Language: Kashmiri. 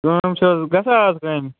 کٲم وٲم چھِ حظ گَژھان اَز کُنہِ